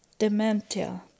dementia